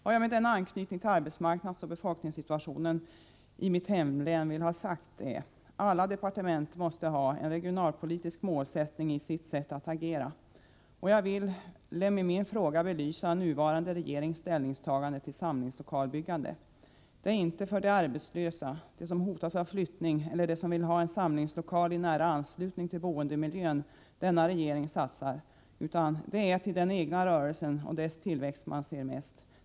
Vad jag med denna anknytning till arbetsmarknadsoch befolkningssituationen i mitt hemlän vill ha sagt är: Alla departement måste ha en regionalpolitisk målsättning i sitt sätt att agera. Jag vill med min fråga belysa den nuvarande regeringens ställningstagande till samlingslokalbyggande. Det är inte för de arbetslösa, för de personer som hotas av flyttning eller för dem som vill ha samlingslokaler i nära anslutning till boendemiljön denna regering satsar, utan det är till den egna rörelsen och dess tillväxt som man ser mest.